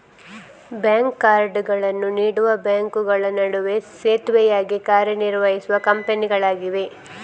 bank ಕಾರ್ಡುಗಳನ್ನು ನೀಡುವ ಬ್ಯಾಂಕುಗಳ ನಡುವೆ ಸೇತುವೆಯಾಗಿ ಕಾರ್ಯ ನಿರ್ವಹಿಸುವ ಕಂಪನಿಗಳಾಗಿವೆ